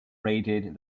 rated